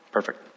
Perfect